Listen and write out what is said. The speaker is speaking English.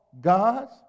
God's